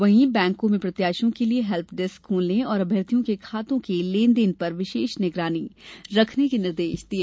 वहीं बैंकों में प्रत्याशियों के लिये हेल्पडेस्क खोलने और अभ्यर्थियों के खातों के लेन देन पर विशेष निगरानी रखने के निर्देश भी दिए